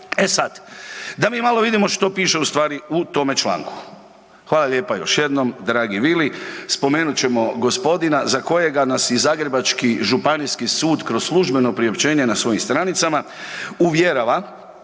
E sad, da mi malo vidimo što piše u stvari u tome članku. Hvala lijepa još jednom dragi Vili. Spomenut ćemo gospodina za kojega nas i zagrebački županijski sud kroz službeno priopćenje na svojim stranicama uvjerava